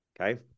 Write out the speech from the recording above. Okay